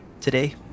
today